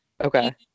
okay